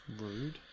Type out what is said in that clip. Rude